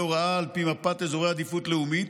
הוראה על פי מפת אזורי עדיפות לאומית,